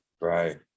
Right